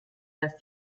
dass